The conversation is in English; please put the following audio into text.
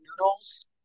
noodles